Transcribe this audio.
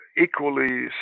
equally